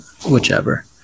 Whichever